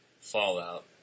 Fallout